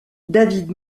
david